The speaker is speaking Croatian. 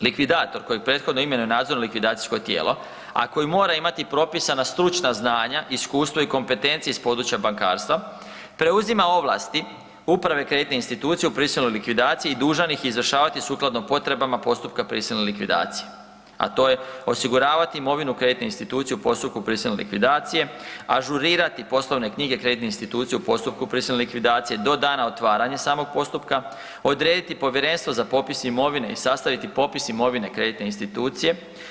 Likvidator, kojeg prethodno imenuje nadzorno likvidacijsko tijelo, a koji mora imati propisana stručna znanja, iskustvo i kompetencije s područja bankarstva, preuzima ovlasti upravljanja kreditnom institucijom u prisilnoj likvidaciji i dužan ih je izvršavati sukladno potrebama postupka prisilne likvidacije, a to je osiguravati imovinu kreditne institucije u postupku prisilne likvidacije, ažurirati poslovne knjige kreditne institucijama u postupku prisilne likvidacije do dana otvaranja samog postupka, odrediti povjerenstvo za popis imovine i sastaviti popis imovine kreditne institucije.